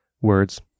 words